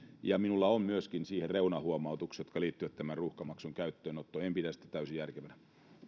ja minulla on siihen myöskin reunahuomautukset jotka liittyvät tämän ruuhkamaksun käyttöönottoon en pidä sitä täysin järkevänä